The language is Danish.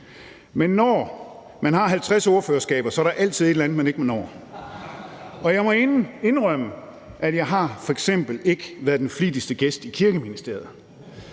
Men når man har 50 ordførerskaber, er der altid et eller andet, man ikke når, og jeg må indrømme, at jeg f.eks. ikke har været den flittigste gæst i Kirkeministeriet.